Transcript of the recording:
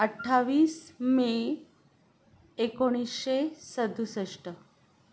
अठ्ठावीस मे एकोणीसशे सदुसष्ट